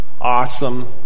awesome